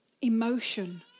emotion